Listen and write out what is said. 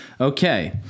Okay